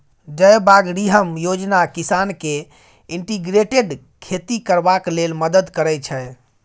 जयबागरिहम योजना किसान केँ इंटीग्रेटेड खेती करबाक लेल मदद करय छै